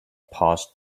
passed